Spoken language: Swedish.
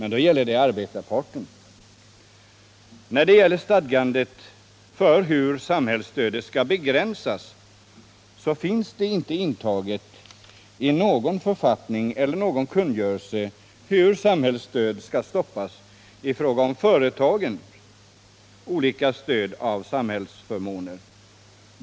När det gäller stadgandet för hur samhällsstöd skall begränsas finns det inte intaget i någon förordning eller kungörelse hur samhällsstödet skall stoppas i fråga om företagens olika stöd och samhällsförmåner.